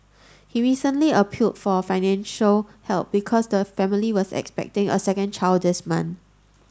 he recently appealed for financial help because the family was expecting a second child this month